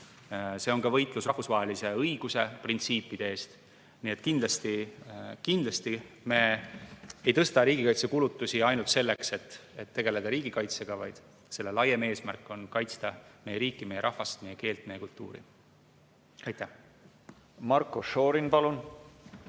See on ka võitlus rahvusvahelise õiguse printsiipide eest. Nii et kindlasti me ei tõsta riigikaitsekulutusi ainult selleks, et tegeleda riigikaitsega, vaid selle laiem eesmärk on kaitsta meie riiki, meie rahvast, meie keelt ja meie kultuuri. Austatud Jaak! kõik,